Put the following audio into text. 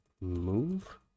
Move